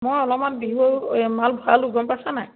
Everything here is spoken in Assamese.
মই অলপমান এই বিহু মাল ভৰালোঁ গম পাইছা নাই